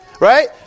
Right